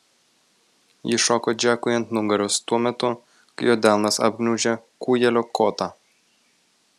ji šoko džekui ant nugaros tuo metu kai jo delnas apgniaužė kūjelio kotą